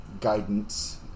guidance